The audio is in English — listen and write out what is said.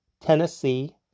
Tennessee